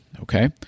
Okay